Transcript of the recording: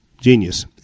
Genius